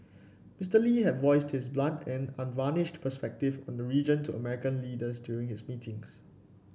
Mister Lee had voiced his blunt and unvarnished perspectives on the region to American leaders during his meetings